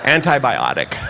Antibiotic